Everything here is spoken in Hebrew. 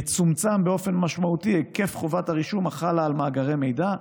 יצומצם באופן משמעותי היקף חובת הרישום החלה על מאגרי מידע,